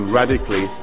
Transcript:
radically